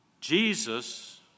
Jesus